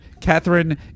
Catherine